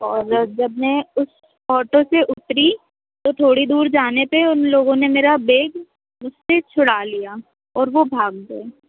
और जब मैं उसे ऑटो से उतरी तो थोड़ी दूर जाने पर उन लोगों ने मेरा बैग मुझ से छुड़ा लिया और वो भाग गए